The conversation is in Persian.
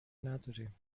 نداریم